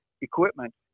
equipment